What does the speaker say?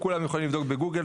כולם יכולים לבדוק בגוגל,